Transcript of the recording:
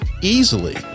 easily